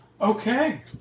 Okay